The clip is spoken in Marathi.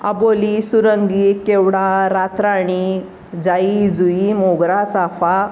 अबोली सुरंगी केवडा रातराणी जाईजुई मोगरा चाफा